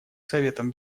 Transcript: советом